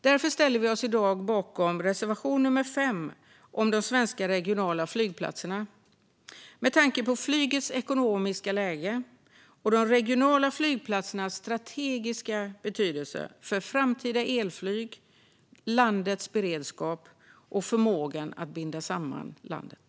Därför ställer vi oss i dag bakom reservation nr 5 om de svenska regionala flygplatserna, med tanke på flygets ekonomiska läge och de regionala flygplatsernas strategiska betydelse för framtida elflyg, landets beredskap och förmågan att binda samman landet.